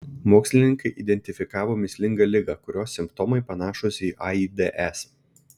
mokslininkai identifikavo mįslingą ligą kurios simptomai panašūs į aids